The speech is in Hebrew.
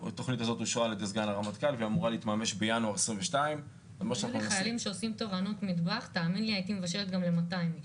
התוכנית אושרה על ידי סגן הרמטכ"ל והיא אמורה להתממש בינואר 2022. אם היו לי חיילים שעושים תורנות מטבח הייתי מבשלת גם ל-200 איש.